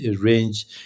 range